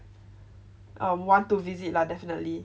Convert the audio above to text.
um want to visit lah definitely